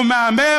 או מהמר?